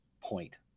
point